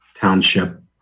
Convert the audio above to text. township